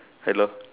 hello